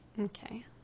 Okay